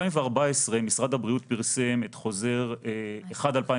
ב-2014 משרד הבריאות פרסם את חוזר 1/14,